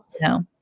No